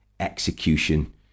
execution